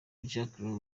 jacques